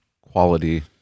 quality